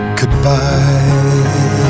goodbye